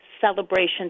celebration